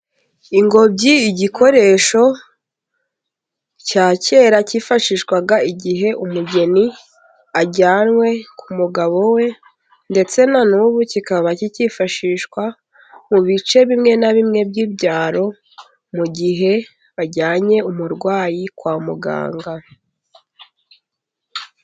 Ingobyi, igikoresho cya kera cyifashishwaga igihe umugeni ajyanywe ku mugabo we, ndetse na n'ubu kikaba kikifashishwa mu bice bimwe na bimwe by'ibyaro, mu gihe bajyanye umurwayi kwa muganga.